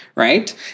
Right